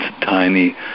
tiny